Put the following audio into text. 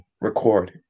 record